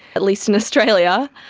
at least in australia,